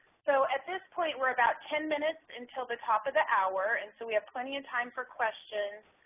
so at this point we're about ten minutes until the top of the hour, and so we have plenty of time for questions.